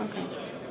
Okej.